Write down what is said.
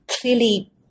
clearly